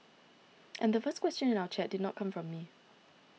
and the first question in our chat did not come from me